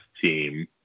team